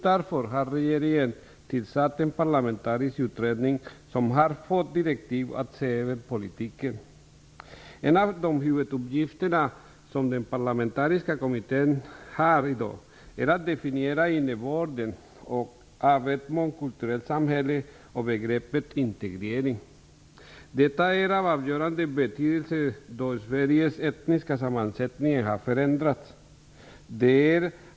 Därför har regeringen tillsatt en parlamentarisk utredning som har fått direktiv att se över politiken. En av huvuduppgifterna för den parlamentariska kommittén i dag är att definiera innebörden av ett mångkulturellt samhälle och begreppet integrering. Detta är av avgörande betydelse då Sveriges etniska sammansättning har förändrats.